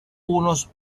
unos